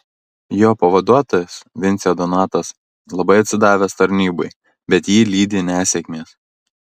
jo pavaduotojas vincė donatas labai atsidavęs tarnybai bet jį lydi nesėkmės